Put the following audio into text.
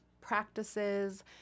practices